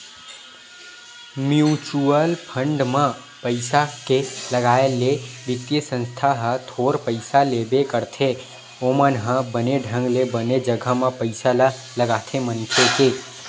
mutual fund म पइसा के लगाए ले बित्तीय संस्था ह थोर पइसा लेबे करथे ओमन ह बने ढंग ले बने जघा म पइसा ल लगाथे मनखे के